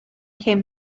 came